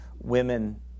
women